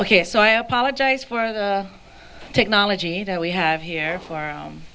k so i apologize for the technology that we have here for